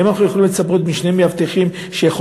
האם אנחנו יכולים לצפות משני מאבטחים שהם